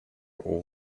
all